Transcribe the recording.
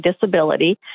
disability